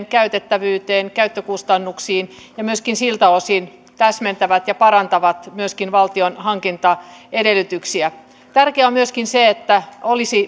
käytettävyyteen käyttökustannuksiin ja myöskin siltä osin täsmentävät ja parantavat myöskin valtion hankintaedellytyksiä tärkeää on myöskin se että valtiolla olisi